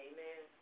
Amen